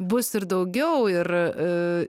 bus ir daugiau ir